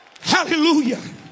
Hallelujah